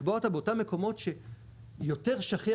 לקבוע אותה באותם מקומות שיותר שכיח,